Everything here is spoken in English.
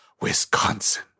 Wisconsin